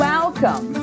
Welcome